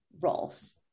roles